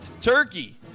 turkey